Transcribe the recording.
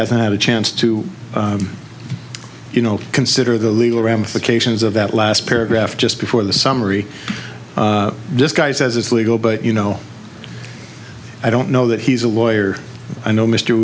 hasn't had a chance to you know consider the legal ramifications of that last paragraph just before the summary disguised as it's legal but you know i don't know that he's a lawyer i know mr